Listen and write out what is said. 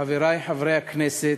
חברי חברי הכנסת,